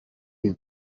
you